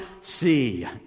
see